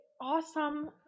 awesome